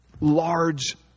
large